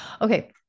Okay